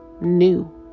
new